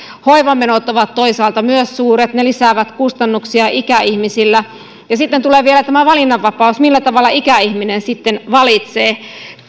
hoivamenot ovat toisaalta myös suuret ne lisäävät kustannuksia ikäihmisillä ja sitten tulee vielä tämä valinnanvapaus millä tavalla ikäihminen sitten valitsee